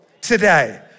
today